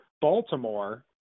Baltimore